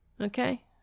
Okay